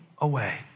away